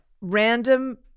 Random